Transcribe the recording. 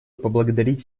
поблагодарить